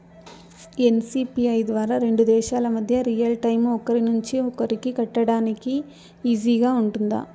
NCPI ద్వారా రెండు దేశాల మధ్య రియల్ టైము ఒకరి నుంచి ఒకరికి కట్టేదానికి ఈజీగా గా ఉంటుందా?